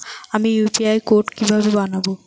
আমি UPI code কিভাবে বানাব?